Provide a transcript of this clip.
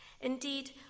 Indeed